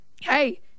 Hey